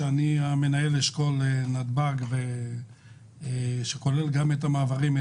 שאני מנהל אשכול נתב"ג שכולל גם את המעברים,